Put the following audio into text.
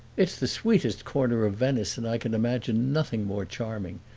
it's the sweetest corner of venice and i can imagine nothing more charming,